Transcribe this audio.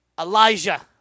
Elijah